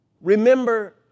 remember